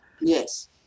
Yes